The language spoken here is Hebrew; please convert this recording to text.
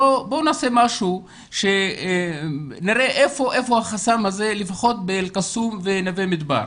בוא נעשה משהו שנראה איפה החסם הזה לפחות באל קסום ונווה מדבר.